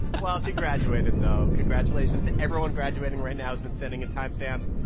well, she graduated, though. congratulations to everyone graduating right now has been sending and time stamps.